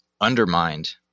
undermined